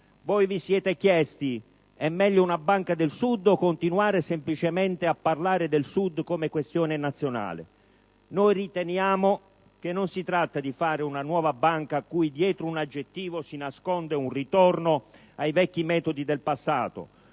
vi siete chiesti: è meglio una banca del Sud o continuare semplicemente a parlare del Sud come questione nazionale? Noi riteniamo che non si tratta di fare una nuova banca cui dietro un aggettivo si nasconde un ritorno ai vecchi metodi del passato,